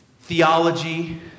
theology